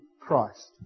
Christ